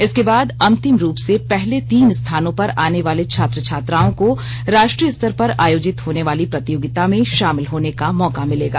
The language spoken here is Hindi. इसके बाद अंतिम रूप से पहले तीन स्थानों पर आने वाले छात्र छात्राओं को राष्ट्रीय स्तर पर आयोजित होने वाली प्रतियोगिता में शामिल होने का मौका मिलेगा